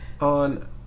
on